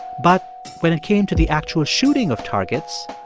but when it came to the actual shooting of targets,